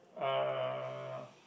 uh